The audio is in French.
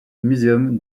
museum